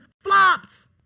flops